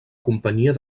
companyia